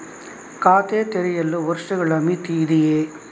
ಖಾತೆ ತೆರೆಯಲು ವರ್ಷಗಳ ಮಿತಿ ಇದೆಯೇ?